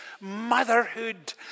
motherhood